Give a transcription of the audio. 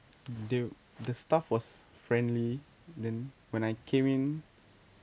the the staff was friendly then when I came in